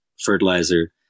fertilizer